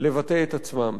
לבטא את עצמם.